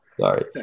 sorry